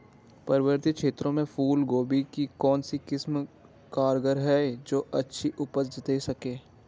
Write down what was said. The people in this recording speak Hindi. पर्वतीय क्षेत्रों में फूल गोभी की कौन सी किस्म कारगर है जो अच्छी उपज दें सके?